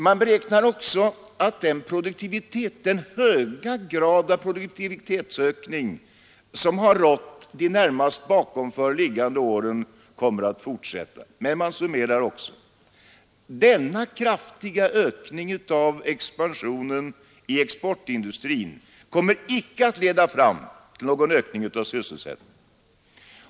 Man beräknar också att den höga grad av produktivitetsökning som har rått under de närmast föregående åren kommer att fortsätta. Men man summerar att denna kraftiga ökning av expansionen i exportindustrin inte kommer att leda till någon ökning av sysselsättningen.